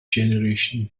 generation